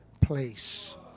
place